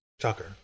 Tucker